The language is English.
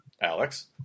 Alex